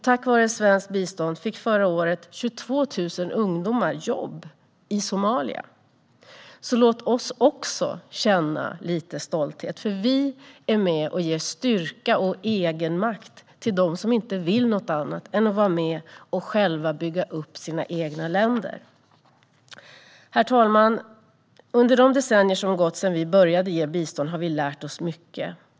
Tack vare svenskt bistånd fick förra året 22 000 ungdomar jobb i Somalia. Låt därför även oss känna lite stolthet! Vi är med och ger styrka och egenmakt till dem som inte vill något annat än att vara med och bygga upp sina egna länder. Herr talman! Under de decennier som har gått sedan vi började ge bistånd har vi lärt oss mycket.